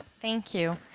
thank you